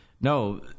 No